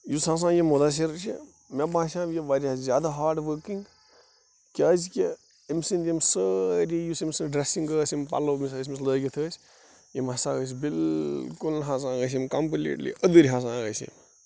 یُس ہسا یہِ مُدثِر چھُ مےٚ باسیٚو یہِ وارِیاہ زیادٕ ہارڑ ؤرٕکِنٛگ کیٛازِ کہِ أمۍ سٕنٛدۍ یِم سٲری یُس أمس یہِ ڈرٛسِنٛگ ٲسۍ یِم پلو یِم أمِس لٲگِتھ أسۍ یِم ہسا ٲسۍ بِلکُل ہسا ٲسۍ یِم کمپٔلیٖٹلی أدٕرۍ ہسا ٲسۍ یِم